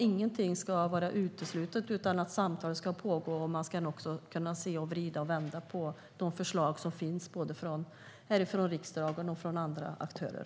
Ingenting ska vara uteslutet, utan samtal ska pågå, och man ska också kunna vrida och vända på de förslag som finns från riksdagen och från andra aktörer.